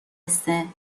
قصه